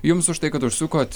jums už tai kad užsukot